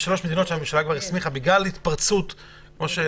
יש שלוש מדינות שהממשלה כבר הסמיכה בגלל ההתפרצות שם.